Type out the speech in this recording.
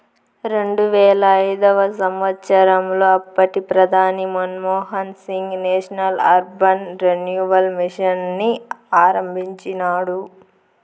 రెండువేల ఐదవ సంవచ్చరంలో అప్పటి ప్రధాని Manmohan Singh national urban renewal mission ని ఆరంభించినాడు